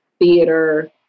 theater